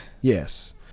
yes